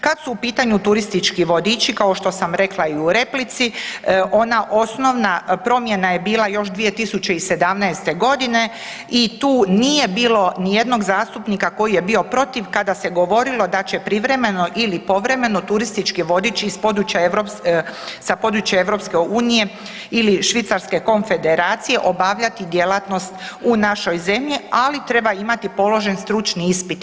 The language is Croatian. Kad su u pitanju turistički vodiči, kao što sam rekla i u replici, ona osnovna promjena je bila još 2017.g. i tu nije bilo nijednog zastupnika koji je bio protiv kada se govorilo da će privremeno ili povremeno turistički vodič iz područja, sa područja EU ili Švicarske konfederacije obavljati djelatnost u našoj zemlji, ali treba imati položen stručni ispit.